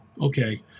okay